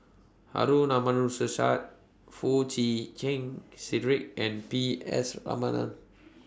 Harun Foo Chee Keng Cedric and P S Raman